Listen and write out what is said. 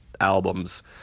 albums